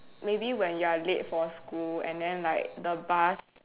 maybe when you're late for school and then like the bus